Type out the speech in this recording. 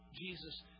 Jesus